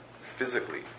physically